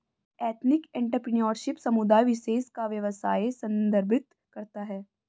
ethnic entrepreneurship समुदाय विशेष का व्यवसाय संदर्भित करता है